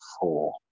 four